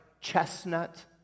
chestnut